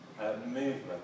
movement